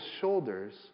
shoulders